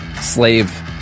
slave